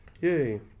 yay